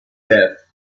death